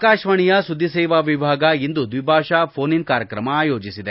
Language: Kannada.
ಆಕಾರವಾಣಿಯ ಸುದ್ದಿ ಸೇವಾ ವಿಭಾಗ ಇಂದು ದ್ವಿಭಾಷಾ ಘೋನ್ ಇನ್ ಕಾರ್ಯಕ್ರಮ ಆಯೋಜಿಸಿದೆ